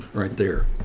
right there.